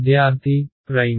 విద్యార్థి ప్రైమ్